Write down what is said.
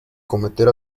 cometer